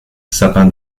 sapin